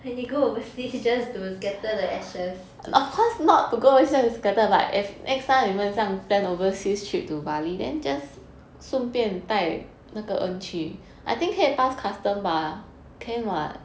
you go overseas you just to scatter the ashes